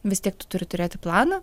vis tiek tu turi turėti planą